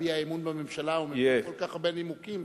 להביע אי-אמון בממשלה ומביא כל כך הרבה נימוקים